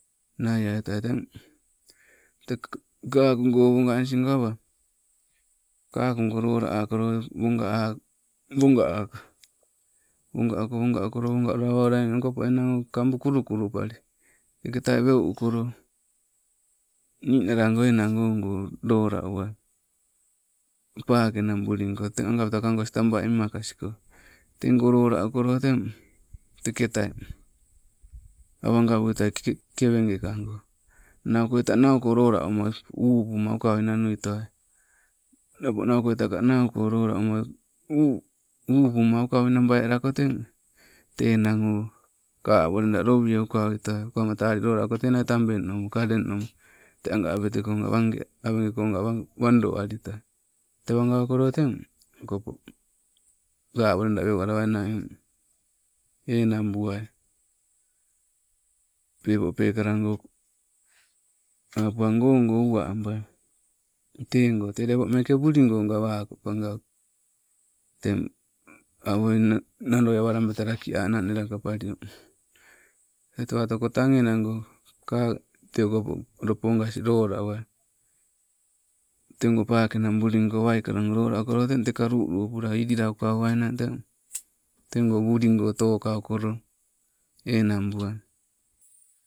Nai aitoa, teng kakongo wonganis go awaa, kakogo lola akolo, wonga ako, woga ako, woga ako, woga ako, wonga ukolo awa oula enang okopo enang kambu kulu kulupali, teketai weu ukolo. Ninalago enango ogo lola uwai, paake nambuliko teng kaukas taba imakas. Tego lolaukolo teketai awa gawuitoai, ke kewekago naukoita nauko lolauma, upuma ukau nanuitoai, nappo naukoita nauko lolauma u- upuma ukaui nabai aloko teng, tee enang o kawa lowie ukawui towai, uka uma tee lalii lolauko tenia tabeng nomo kaleng nomo te anga, awetekonga wando alito, tewa gawakolo eng, okopo kawa weu alawainang enang buai. Peepo peekalago apuaino ogo uwa ambai, tegoo te lepo meeke buligo gawako pangauke. Teng, awo nadoi, awalabeta laki anang nelakebalio tee tewa otoko tang, enango ka tee okapo lopogas lolauwai tego pakenambuliko waikalago lolaukolo teng, tekaa lulupula ilila ukauwainang teng, teego buligo tokaukolo enang buai.